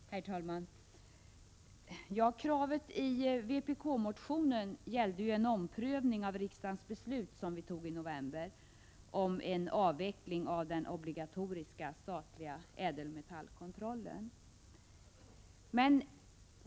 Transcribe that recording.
Herr talman! Kravet i vpk-motionen gällde en omprövning av riksdagens beslut i november 1986 om en avveckling av den obligatoriska statliga ädelmetallkontrollen.